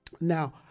Now